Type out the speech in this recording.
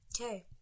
Okay